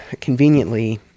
conveniently